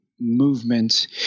Movement